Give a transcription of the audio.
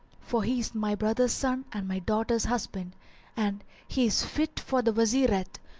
for he is my brother's son and my daughter's husband and he is fit for the wazirate,